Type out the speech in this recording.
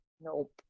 Nope